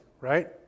right